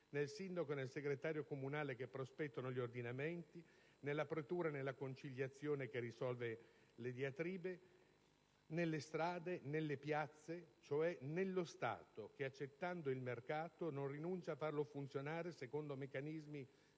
nel sindaco e nel segretario comunale che prospettano gli ordinamenti, nella pretura e nella conciliazione che risolvono le diatribe, nelle strade, nelle piazze, cioè nello Stato che, accettando il mercato, non rinuncia a farlo funzionare secondo meccanismi di